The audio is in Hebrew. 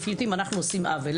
אנחנו עושים עוול.